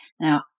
Now